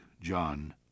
John